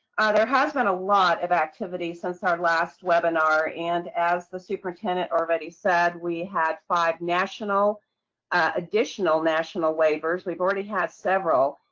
there has been a lot of activity since our last webinar and as the superintendent already said, we had five national uhh additional national waivers. we've already had several,